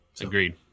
Agreed